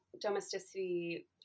domesticity